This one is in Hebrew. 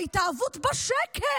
ההתאהבות בשקט.